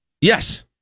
Yes